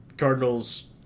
Cardinals